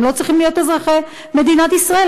הם לא צריכים להיות אזרחי מדינת ישראל.